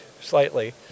slightly